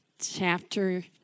chapter